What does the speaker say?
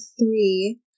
three